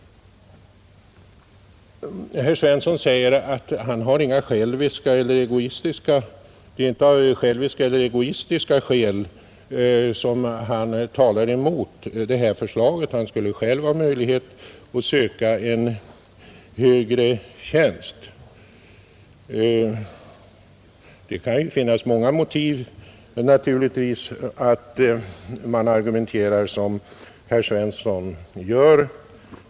Herr Svensson framhåller att det inte är av egoistiska skäl som han talar emot detta förslag; han skulle själv ha möjlighet att söka en högre tjänst. Ja, det kan ju finnas många motiv för att argumentera så som herr Svensson gör.